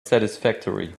satisfactory